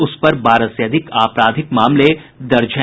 उस पर बारह से अधिक आपराधिक मामले दर्ज हैं